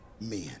men